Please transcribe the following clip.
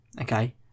Okay